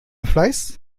fleiß